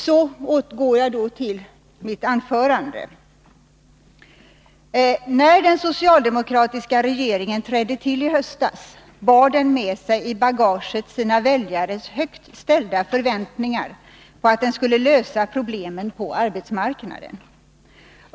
Så går jag över till mitt anförande. När den socialdemokratiska regeringen trädde till i höstas bar den i bagaget med sig sina väljares högt ställda förväntningar på att den skulle kunna lösa problemen på arbetsmarknaden.